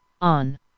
on